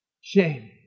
shame